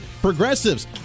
progressives